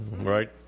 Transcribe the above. right